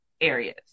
areas